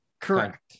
Correct